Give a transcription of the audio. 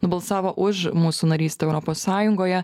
nubalsavo už mūsų narystę europos sąjungoje